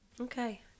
Okay